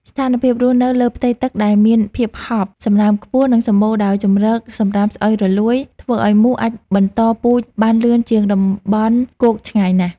ស្ថានភាពរស់នៅលើផ្ទៃទឹកដែលមានភាពហប់ សំណើមខ្ពស់ និងសម្បូរដោយជម្រកសម្រាមស្អុយរលួយ ធ្វើឱ្យមូសអាចបន្តពូជបានលឿនជាងតំបន់គោកឆ្ងាយណាស់។